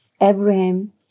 Abraham